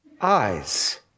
eyes